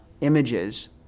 images